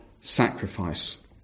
sacrifice